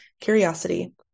curiosity